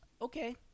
okay